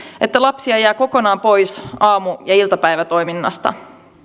että lapsia jää kokonaan pois aamu ja iltapäivätoiminnasta